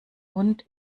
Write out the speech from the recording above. und